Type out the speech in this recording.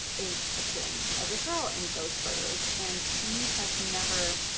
is appearing as a girl in those photos. and he has never